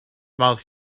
about